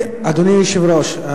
אדוני היושב-ראש,